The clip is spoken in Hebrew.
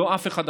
לא אף אחד אחר.